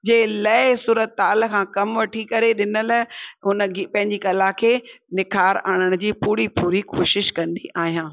जे लइ सुर ताल खां कमु वठी करे ॾिनल हुन पंहिंजी कला खे निखारु आणण जी पूरी पूरी कोशिशि कंदी आहियां